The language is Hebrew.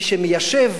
מי שמיישב